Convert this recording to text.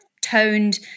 toned